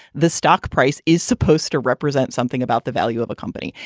the stock price is supposed to represent something about the value of a company.